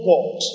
God